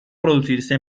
producirse